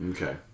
Okay